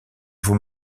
vous